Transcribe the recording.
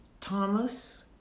Thomas